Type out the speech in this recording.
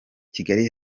kigali